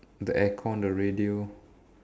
the aircon the radio